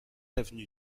avenue